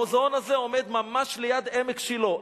המוזיאון הזה עומד ממש ליד עמק שילה.